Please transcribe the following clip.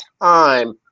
time